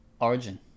Origin